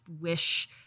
wish